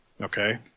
okay